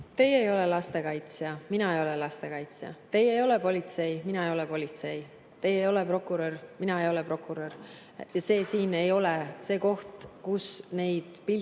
Teie ei ole lastekaitsja, mina ei ole lastekaitsja. Teie ei ole politsei, mina ei ole politsei. Teie ei ole prokurör, mina ei ole prokurör. Ja see siin ei ole koht, kus neid pilte